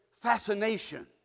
fascination